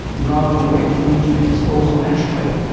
rather than wait for them to be exposed naturally?